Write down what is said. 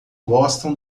gostam